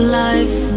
life